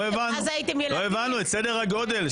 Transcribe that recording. לא הבנו את סדר הגודל,